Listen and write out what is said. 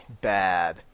bad